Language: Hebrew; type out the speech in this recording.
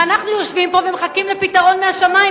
ואנחנו יושבים פה ומחכים לפתרון מהשמים,